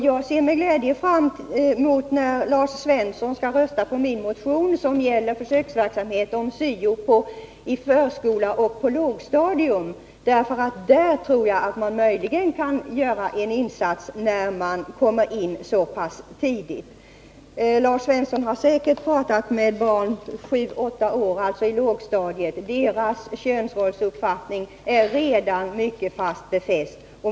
Jag ser med glädje fram emot att Lars Svensson röstar på min motion om försöksverksamhet med syo i förskolan och på lågstadiet. Där tror jag att man möjligen kan göra en insats, om man kommer in så pass tidigt. Lars Svensson har säkerligen talat med barn på sju åtta år, alltså på lågstadiet. Deras könsrollsuppfattning är redan mycket befäst.